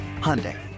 Hyundai